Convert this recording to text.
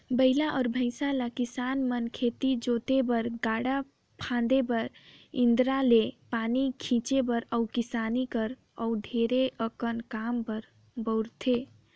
बइला अउ भंइसा ल किसान मन खेत जोते बर, गाड़ा फांदे बर, इन्दारा ले पानी घींचे बर अउ किसानी कर अउ ढेरे अकन काम बर बउरथे